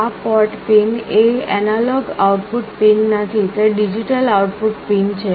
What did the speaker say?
આ port pin એ analogue output pin નથી તે ડિજિટલ આઉટપુટ પિન છે